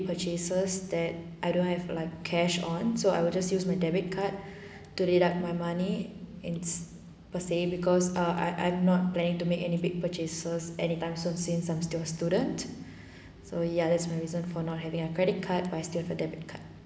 purchases that I don't have like cash on so I will just use my debit card to deduct my money ins~ per say because ah I I'm not planning to make any big purchases anytime soon since I'm still a student so ya that's my reason for not having a credit card but still have a debit card